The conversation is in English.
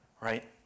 right